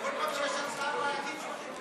כל פעם שיש הצעה בעייתית שולחים אותך